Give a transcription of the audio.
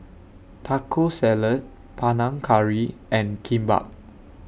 Taco Salad Panang Curry and Kimbap